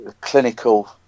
clinical